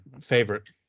Favorite